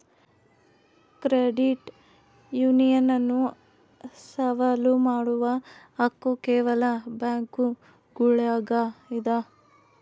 credit union ಅನ್ನು ಸವಾಲು ಮಾಡುವ ಹಕ್ಕು ಕೇವಲ ಬ್ಯಾಂಕುಗುಳ್ಗೆ ಇದ